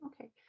Okay